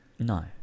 No